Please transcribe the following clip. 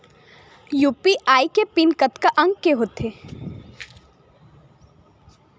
UPI के PIN कतका अंक के होथे?